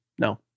No